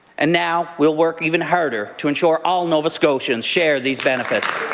and now we'll work even harder to ensure all nova scotians share these benefits.